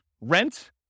rent